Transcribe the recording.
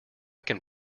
can